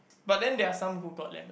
but then there are some who got lemon